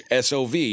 SOV